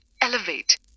elevate